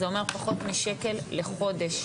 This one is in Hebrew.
זה אומר פחות משקל לחודש.